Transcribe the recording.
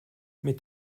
mit